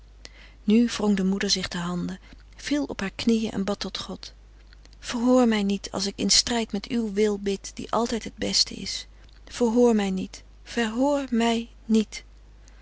nu wrong de moeder zich de handen viel op haar knieën en bad tot god verhoor mij niet als ik in strijd met uw wil bid die altijd het beste is verhoor mij niet verhoor mij niet